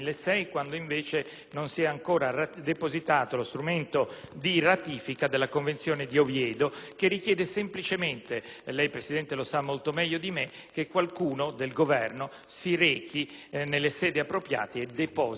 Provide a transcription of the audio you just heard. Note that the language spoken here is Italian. di ratifica della Convenzione di Oviedo, che richiede semplicemente - lei, signora Presidente, lo sa molto meglio di me - che qualcuno del Governo si rechi nelle sedi appropriate e depositi fisicamente la ratifica della Convenzione.